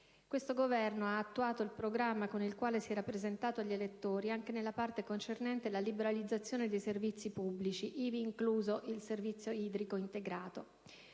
Questo Governo ha attuato il programma con il quale si era presentato agli elettori, anche nella parte concernente la liberalizzazione dei servizi pubblici, ivi incluso il servizio idrico integrato: